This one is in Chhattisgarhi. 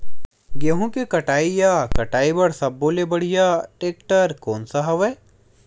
गेहूं के कटाई या कटाई बर सब्बो ले बढ़िया टेक्टर कोन सा हवय?